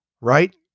right